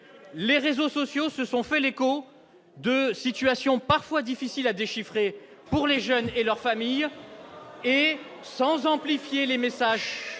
Les réseaux sociaux se sont fait l'écho de situations, parfois difficiles à déchiffrer, pour les jeunes et leurs familles. Il vous reste dix secondes,